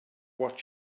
what